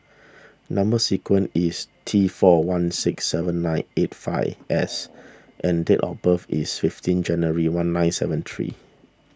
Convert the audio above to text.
Number Sequence is T four one six seven nine eight five S and date of birth is fifteen January one nine seven three